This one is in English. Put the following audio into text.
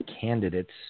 candidates